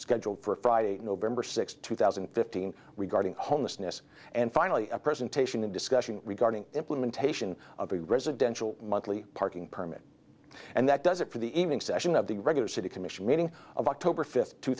scheduled for friday november sixth two thousand and fifteen regarding homelessness and finally a presentation of discussion regarding implementation of a residential monthly parking permit and that does it for the evening session of the regular city commission meeting of october fifth two